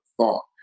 thought